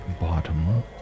bottom